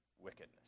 wickedness